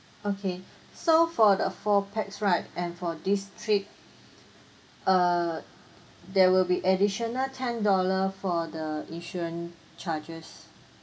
okay so for the four pax right and for this trip err there will be additional ten dollar for the insurance charges